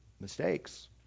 mistakes